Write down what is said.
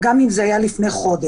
גם אם זה היה לפני חודש.